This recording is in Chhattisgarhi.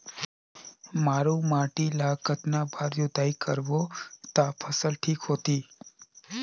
मारू माटी ला कतना बार जुताई करबो ता फसल ठीक होती?